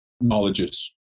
knowledges